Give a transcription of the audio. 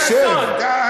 תשב.